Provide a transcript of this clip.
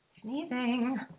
Sneezing